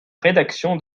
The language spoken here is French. rédaction